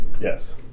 Yes